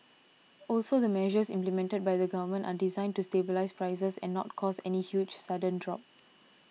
also the measures implemented by the Government are designed to stabilise prices and not cause any huge sudden drop